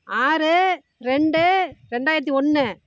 ஆறு ரெண்டு ரெண்டாயிரத்தி ஒன்று